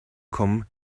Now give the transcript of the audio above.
kommen